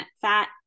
fat